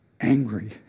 angry